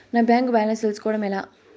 నా bank balance తెలుస్కోవడం ఎలా?